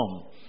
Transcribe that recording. come